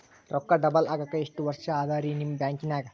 ರೊಕ್ಕ ಡಬಲ್ ಆಗಾಕ ಎಷ್ಟ ವರ್ಷಾ ಅದ ರಿ ನಿಮ್ಮ ಬ್ಯಾಂಕಿನ್ಯಾಗ?